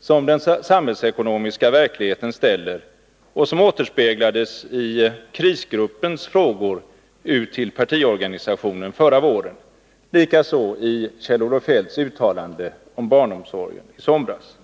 som den samhällsekonomiska verkligheten ställer och som återspeglades i krisgruppens frågor ut till partiorganisationen förra våren, likaså i Kjell-Olof Feldts uttalande om barnomsorgen i somras.